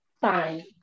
Fine